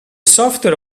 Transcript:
software